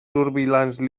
surveillance